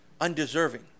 undeserving